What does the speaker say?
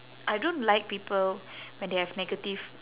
I don't like people when they have negative